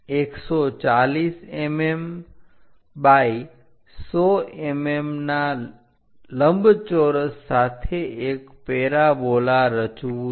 140 mm 100 mm ના લંબચોરસ સાથે એક પેરાબોલા રચવું છે